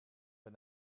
but